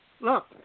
look